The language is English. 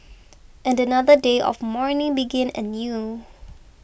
and another day of mourning began anew